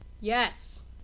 Yes